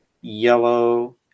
yellow